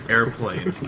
Airplane